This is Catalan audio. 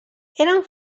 eren